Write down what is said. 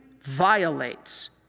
violates